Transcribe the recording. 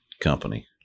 company